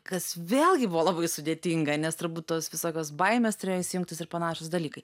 kas vėlgi buvo labai sudėtinga nes turbūt tos visokios baimės turėjo įsijungti ir panašūs dalykai